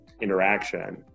interaction